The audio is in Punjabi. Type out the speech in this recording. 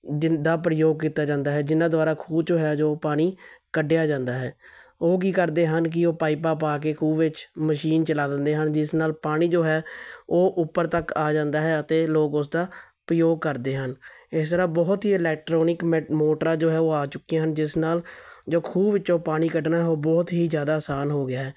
ਜਿਨ੍ਹਾਂ ਦਾ ਪ੍ਰਯੋਗ ਕੀਤਾ ਜਾਂਦਾ ਹੈ ਜਿਨ੍ਹਾਂ ਦੁਆਰਾ ਖੂਹ ਚੋਂ ਹੈ ਜੋ ਪਾਣੀ ਕੱਢਿਆ ਜਾਂਦਾ ਹੈ ਉਹ ਕੀ ਕਰਦੇ ਹਨ ਕਿ ਉਹ ਪਾਈਪਾਂ ਪਾ ਕੇ ਖੂਹ ਵਿੱਚ ਮਸ਼ੀਨ ਚਲਾ ਦਿੰਦੇ ਹਨ ਜਿਸ ਨਾਲ ਪਾਣੀ ਜੋ ਹੈ ਉਹ ਉੱਪਰ ਤੱਕ ਆ ਜਾਂਦਾ ਹੈ ਅਤੇ ਲੋਕ ਉਸਦਾ ਪ੍ਰਯੋਗ ਕਰਦੇ ਹਨ ਇਸ ਤਰ੍ਹਾਂ ਬਹੁਤ ਹੀ ਇਲੈਕਟ੍ਰੋਨਿਕ ਮੈ ਮੋਟਰਾਂ ਜੋ ਹੈ ਉਹ ਆ ਚੁੱਕੀਆਂ ਹਨ ਜਿਸ ਨਾਲ ਜੋ ਖੂਹ ਵਿੱਚੋਂ ਪਾਣੀ ਕੱਢਣਾ ਹੈ ਉਹ ਬਹੁਤ ਹੀ ਜ਼ਿਆਦਾ ਆਸਾਨ ਹੋ ਗਿਆ